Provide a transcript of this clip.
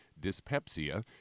dyspepsia